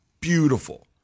Beautiful